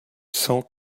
cent